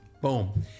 Boom